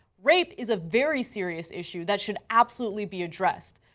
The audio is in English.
rape is a very serious issue that should absolutely be addressed.